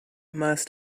must